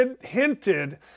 hinted